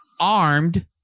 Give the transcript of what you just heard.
armed